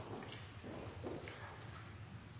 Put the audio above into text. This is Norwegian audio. Ja,